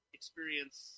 experience